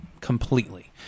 completely